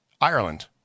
Ireland